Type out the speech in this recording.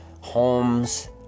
homes